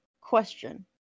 Question